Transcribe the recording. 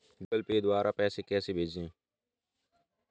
Google Pay द्वारा पैसे कैसे भेजें?